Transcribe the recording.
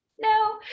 no